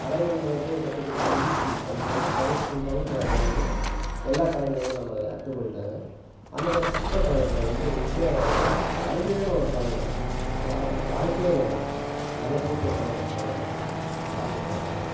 கலைகள்ங்றது கற்றுக்குறது வந்து ஈஸி நமக்கு வந்து கவனம் ஃபுல் கவனமும் அதில் இருந்ததுனால் எல்லா கலைகளும் நம்ம அத்துப்படிதாங்க அந்த மாதிரி சிற்பகலையிங்றது வந்து மிக அருமையான ஒரு கலைங்க வாய்ப்பே இல்லைங்க நல்ல சூப்பர் கலைங்க அவ்வளோதாங்க பார்த்துக்கலாம்